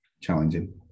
challenging